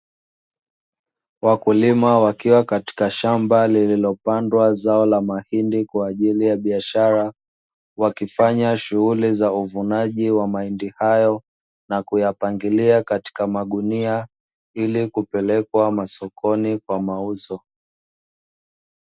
Wakulima wakiwa katika shamba lililopandwa zao la mahindi kwa ajili ya biashara, wakifanya shughuli za uvunaji wa mahindi hayo na kuyapangilia katika magunia ili kupelekwa masokoni kwa mauzo.